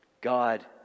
God